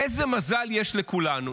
איזה מזל יש לכולנו